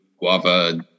guava